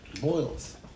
Boils